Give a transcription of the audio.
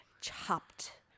chopped